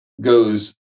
goes